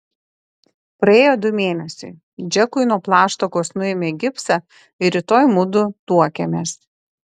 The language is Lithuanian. praėjo du mėnesiai džekui nuo plaštakos nuėmė gipsą ir rytoj mudu tuokiamės